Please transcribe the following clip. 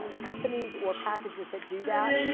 ah companies or packages that do that.